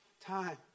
time